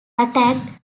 attract